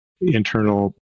internal